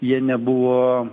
jie nebuvo